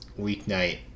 weeknight